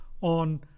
on